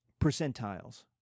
Percentiles